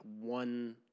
one